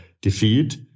defeat